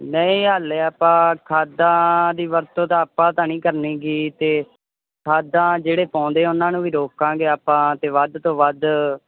ਨਹੀਂ ਹਾਲੇ ਆਪਾਂ ਖਾਦਾਂ ਦੀ ਵਰਤੋਂ ਤਾਂ ਆਪਾਂ ਤਾਂ ਨਹੀਂ ਕਰਨੀ ਗੀ ਅਤੇ ਖਾਦਾਂ ਜਿਹੜੇ ਪਾਉਂਦੇ ਉਹਨਾਂ ਨੂੰ ਵੀ ਰੋਕਾਂਗੇ ਆਪਾਂ ਅਤੇ ਵੱਧ ਤੋਂ ਵੱਧ